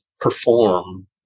perform